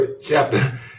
chapter